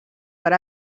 per